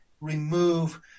remove